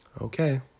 okay